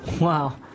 Wow